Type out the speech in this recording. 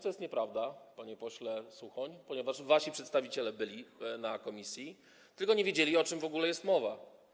To nieprawda, panie pośle Suchoń, ponieważ wasi przedstawiciele byli na posiedzeniu komisji, tylko nie wiedzieli, o czym w ogóle jest mowa.